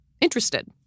interested